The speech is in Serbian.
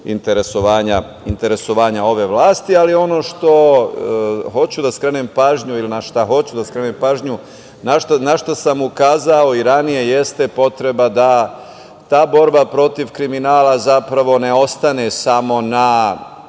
interesovanja ove vlasti, ali ono na šta hoću da skrenem pažnju, na šta sam ukazao i ranije jeste potreba da ta borba protiv kriminala zapravo ne ostane samo na